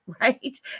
right